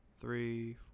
three